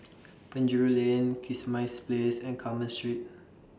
Penjuru Lane Kismis Place and Carmen Street